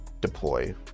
deploy